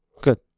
Good